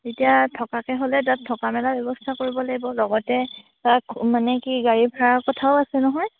তেতিয়া থকাকৈ হ'লে তাত থকা মেলা ব্যৱস্থা কৰিব লাগিব লগতে তাত মানে কি গাড়ী ভাড়াৰ কথাও আছে নহয়